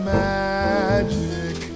magic